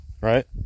right